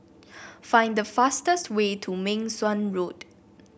find the fastest way to Meng Suan Road